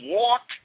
walk